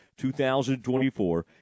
2024